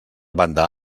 banda